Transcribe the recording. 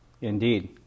Indeed